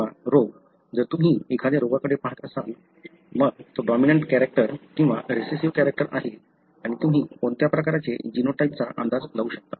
किंवा रोग जर तुम्ही एखाद्या रोगाकडे पहात असाल मग तो डॉमिनंट कॅरेक्टर किंवा रेसेसिव्ह कॅरेक्टर आहे आणि तुम्ही कोणत्या प्रकारचे जीनोटाइपचा अंदाज लावता